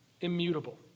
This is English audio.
immutable